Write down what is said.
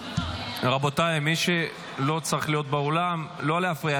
רבותיי, מי שלא צריך להיות באולם, לא להפריע.